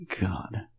God